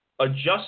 adjust